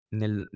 nel